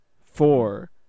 four